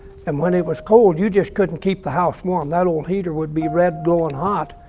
and when it was cold you just couldn't keep the house warm. that old heater would be red-glowin' hot,